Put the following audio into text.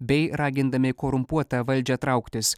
bei ragindami korumpuotą valdžią trauktis